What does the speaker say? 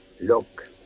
Look